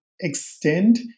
extend